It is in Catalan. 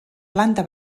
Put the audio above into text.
planta